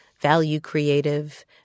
value-creative